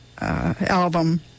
album